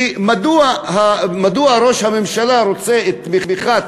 כי מדוע ראש הממשלה רוצה את התמיכה,